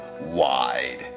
wide